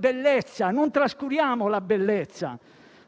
paesaggio - non trascuriamo la bellezza -